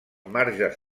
marges